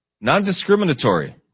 non-discriminatory